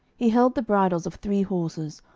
he held the bridles of three horses,